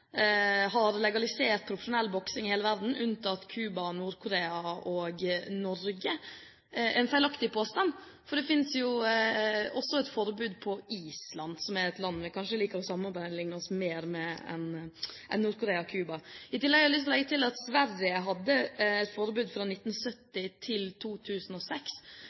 i hele verden har legalisert boksing, unntatt Cuba, Nord-Korea og Norge – en feilaktig påstand, for det finnes også et forbud på Island, som er et land vi kanskje liker å sammenligne oss mer med enn Nord-Korea og Cuba. I tillegg har jeg lyst til å legge til at Sverige hadde et forbud fra 1970 til 2006.